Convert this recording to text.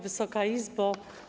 Wysoka Izbo!